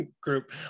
group